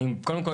קודם כול,